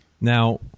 Now